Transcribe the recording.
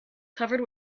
covered